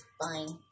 fine